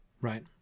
Right